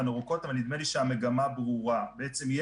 ארוכות אבל נדמה לי שהמגמה ברורה: בעצם,